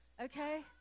okay